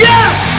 Yes